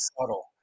subtle